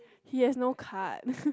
he has no card